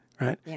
right